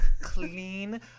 clean